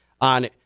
on